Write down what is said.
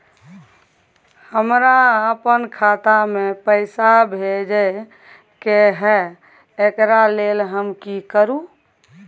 हमरा अपन खाता में पैसा भेजय के है, एकरा लेल हम की करू?